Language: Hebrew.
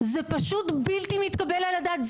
זה פשוט בלתי מתקבל על הדעת.